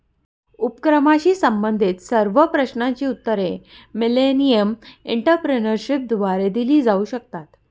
उपक्रमाशी संबंधित सर्व प्रश्नांची उत्तरे मिलेनियम एंटरप्रेन्योरशिपद्वारे दिली जाऊ शकतात